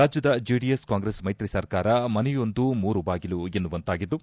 ರಾಜ್ಯದ ಜೆಡಿಎಸ್ ಕಾಂಗ್ರೆಸ್ ಮೈತ್ರಿ ಸರ್ಕಾರ ಮನೆಯೊಂದು ಮೂರು ಬಾಗಿಲು ಎನ್ನುವಂತಾಗಿದ್ದು